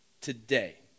today